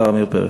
השר עמיר פרץ.